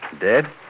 Dead